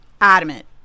adamant